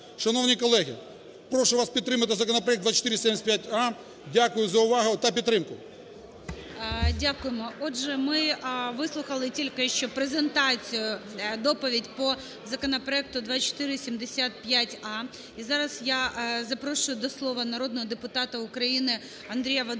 Шановні колеги, прошу вас підтримати законопроект 2475а. Дякую за увагу та підтримку. ГОЛОВУЮЧИЙ. Дякуємо. Отже, ми вислухали тільки що презентацію, доповідь по законопроекту 2475а. І зараз я запрошую до слова народного депутата України Андрія